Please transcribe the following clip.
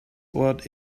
what